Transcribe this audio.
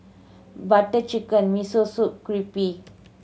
Butter Chicken Miso Soup Crepe